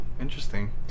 Interesting